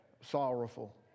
sorrowful